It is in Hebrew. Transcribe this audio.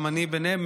גם אני ביניהם,